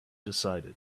decided